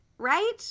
right